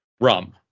rum